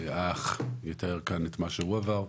האח יתאר כאן את מה שהוא עבר.